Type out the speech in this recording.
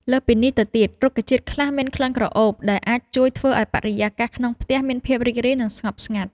លើសពីនេះទៅទៀត រុក្ខជាតិខ្លះមានក្លិនក្រអូប ដែលអាចជួយធ្វើឲ្យបរិយាកាសក្នុងផ្ទះមានភាពរីករាយ និងស្ងប់ស្ងាត់។